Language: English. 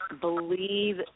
believe